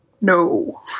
No